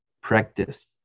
practice